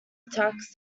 attacks